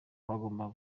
twagombaga